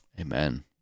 amen